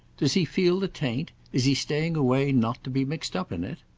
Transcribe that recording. does he feel the taint? is he staying away not to be mixed up in it?